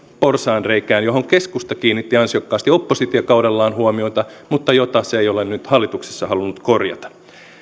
porsaanreikään johon keskusta kiinnitti ansiokkaasti oppositiokaudellaan huomiota mutta jota se ei ole nyt hallituksessa halunnut korjata